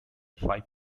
five